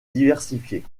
diversifiée